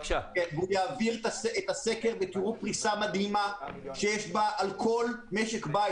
אני אעביר את הסקר ותראו פריסה מדהימה שיש על כל משק בית.